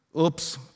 Oops